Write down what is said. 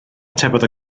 atebodd